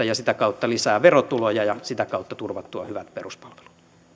ja sitä kautta lisää verotuloja ja sitä kautta turvattua hyvät peruspalvelut